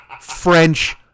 French